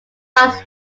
fast